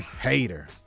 Hater